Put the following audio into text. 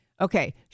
Okay